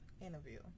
interview